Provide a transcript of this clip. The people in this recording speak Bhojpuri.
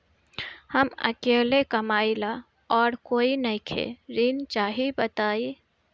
हम अकेले कमाई ला और कोई नइखे ऋण चाही बताई?